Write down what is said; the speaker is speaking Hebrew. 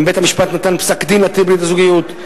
אם בית-המשפט נתן פסק-דין להתיר את ברית הזוגיות,